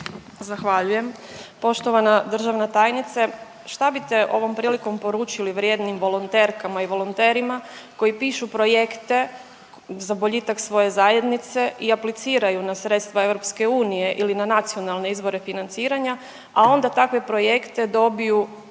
Zahvaljujem. Poštovana državna tajnice. Šta bite ovom prilikom poručili vrijednim volonterkama i volonterima koji pišu projekte za boljitak svoje zajednice i apliciraju na sredstva EU ili na nacionalne izvore financiranja, a onda takve projekte dobiju